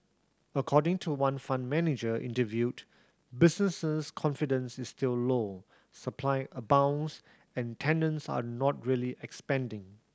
according to one fund manager interviewed businesses confidence is still low supply abounds and tenants are not really expanding